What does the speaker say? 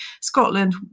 Scotland